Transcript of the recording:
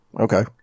Okay